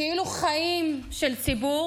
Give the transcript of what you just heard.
כאילו חיים של ציבור